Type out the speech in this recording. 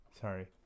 Sorry